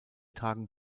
tagen